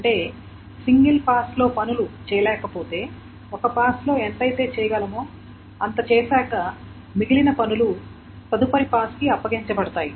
అంటే సింగల్ పాస్లో పనులు చేయలేకపోతే ఒక పాస్లో ఎంతయితే చేయగలమో అంత చేసాక మిగిలిన పనులు తదుపరి పాస్ కి అప్పగించ పడతాయి